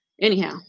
Anyhow